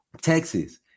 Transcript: Texas